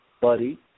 Buddy